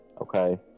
okay